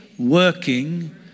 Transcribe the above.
Working